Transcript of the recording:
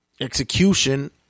execution